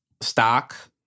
stock